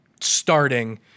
starting